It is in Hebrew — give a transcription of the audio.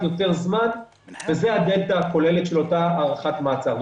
יותר זמן וזו הדלתא הכוללת של אותה הארכת מעצר.